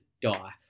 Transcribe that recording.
die